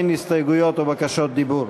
אין הסתייגויות או בקשות דיבור.